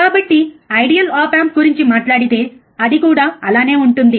కాబట్టి ideal op amp గురించి మాట్లాడితే అది కూడా అలానే ఉంటుంది